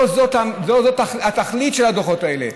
לא זאת התכלית של הדוחות האלה.